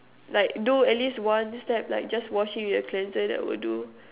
like do at least one step like just washing with the cleanser that will do